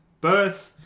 birth